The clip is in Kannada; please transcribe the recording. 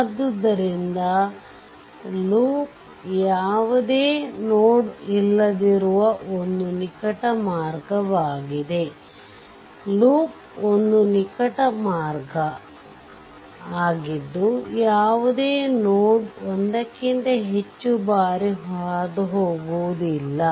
ಆದ್ದರಿಂದ ಲೂಪ್ ಯಾವುದೇ ನೋಡ್ ಇಲ್ಲದಿರುವ ಒಂದು ನಿಕಟ ಮಾರ್ಗವಾಗಿದೆ ಲೂಪ್ ಒಂದು ನಿಕಟ ಮಾರ್ಗವಾಗಿದ್ದು ಯಾವುದೇ ನೋಡ್ ಒಂದಕ್ಕಿಂತ ಹೆಚ್ಚು ಬಾರಿ ಹಾದುಹೋಗುವುದಿಲ್ಲ